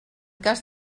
cas